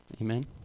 Amen